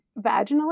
vaginally